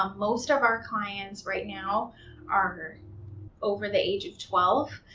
um most of our clients right now are over the age of twelve,